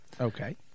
Okay